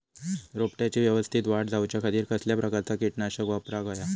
रोपट्याची यवस्तित वाढ जाऊच्या खातीर कसल्या प्रकारचा किटकनाशक वापराक होया?